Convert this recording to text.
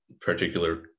particular